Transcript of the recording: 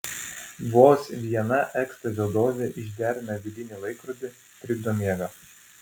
vos viena ekstazio dozė išderina vidinį laikrodį trikdo miegą